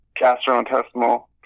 gastrointestinal